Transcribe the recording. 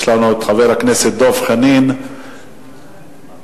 יש לנו חבר הכנסת חנין, בבקשה.